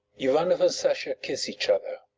ivanoff and sasha kiss each other.